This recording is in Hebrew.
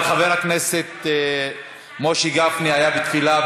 אבל חבר הכנסת משה גפני היה בתפילה,